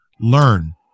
learn